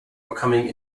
becoming